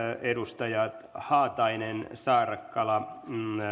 edustajat haatainen saarakkala